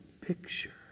picture